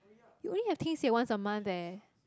you only have 听写 once a month eh